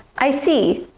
i see.